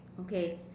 okay